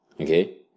Okay